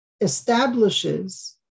establishes